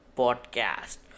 podcast